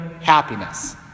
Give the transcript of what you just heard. happiness